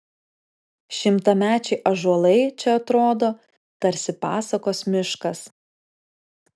šimtamečiai ąžuolai čia atrodo tarsi pasakos miškas